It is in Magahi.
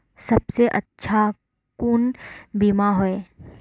सबसे अच्छा कुन बिमा होय?